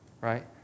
right